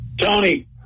Tony